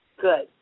good